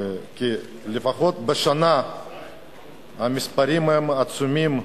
לפחות, המספרים הם עצומים: